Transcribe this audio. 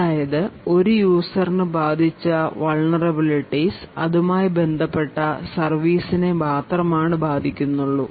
അതായത് ഒരു യൂസറിന് ബാധിച്ച vulnerablities അതുമായി ബന്ധപ്പെട്ട സർവീസിനെ മാത്രമാണ് ബാധിക്കുന്നുള്ളൂ